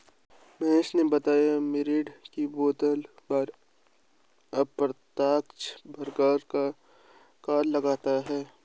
महेश ने बताया मिरिंडा की बोतल पर अप्रत्यक्ष प्रकार का कर लगता है